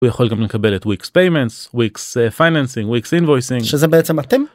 הוא יכול גם לקבל את wix payments, wix financing, wix invoicing. -שזה, בעצם, אתם?